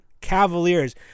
Cavaliers